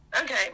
Okay